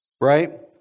right